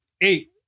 Eight